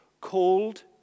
called